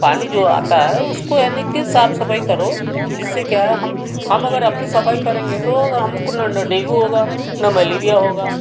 पानी जो आता है उसको यानी की साफ़ सफ़ाई करो जिससे क्या है हम हम अगर अपनी सफाई करेंगे तो हमको न डेंगू होगा न मलेरिया होगा